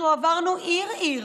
אנחנו עברנו עיר-עיר,